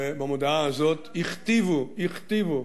במודעה הזאת הכתיבו, הכתיבו,